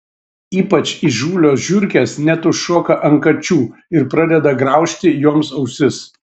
ypač įžūlios žiurkės net užšoka ant kačių ir pradeda graužti joms ausis